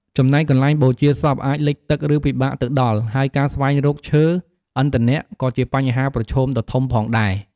ចំណែកកន្លែងបូជាសព អាចលិចទឹក ឬពិបាកទៅដល់ ហើយការស្វែងរក ឈើ ឥន្ធនៈក៏ជាបញ្ហាប្រឈមដ៏ធំផងដែរ។